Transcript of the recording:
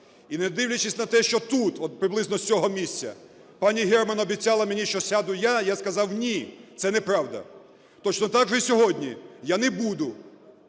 І не дивлячись на те, що тут, от приблизно з цього місця, пані Герман обіцяла мені, що сяду я, я сказав: "Ні, це неправда!" Точно так же й сьогодні, я не буду